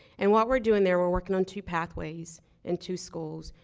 and what we're doing there, we're working on two pathways and two schools,